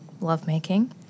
lovemaking